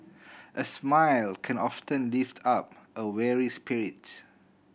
a smile can often lift up a weary spirit